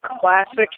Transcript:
classic